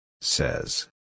Says